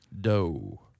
Doe